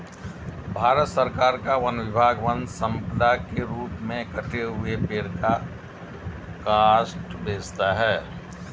भारत सरकार का वन विभाग वन सम्पदा के रूप में कटे हुए पेड़ का काष्ठ बेचता है